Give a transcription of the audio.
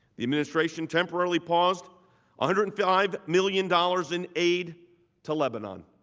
the administration temporary paused ah hundred and five million dollars in aid to lebanon.